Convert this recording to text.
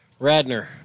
Radner